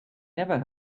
never